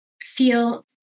feel